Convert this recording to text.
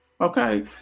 Okay